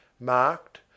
marked